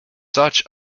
such